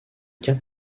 quatre